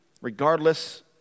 Regardless